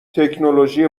تکنولوژی